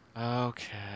Okay